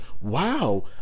wow